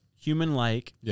human-like